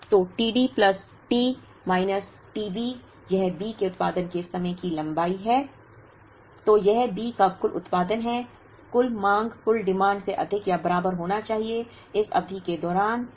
तो t D plus T minus t B यह B के उत्पादन के समय की लंबाई है तो यह B का कुल उत्पादन है कुल मांग से अधिक या बराबर होना चाहिए इस अवधि के दौरान D